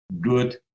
good